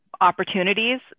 opportunities